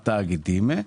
התאגידים,